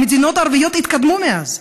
המדינות הערביות התקדמו מאז.